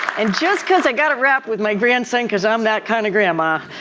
and just because i got to wrap with my grandson because i'm that kind of grandma.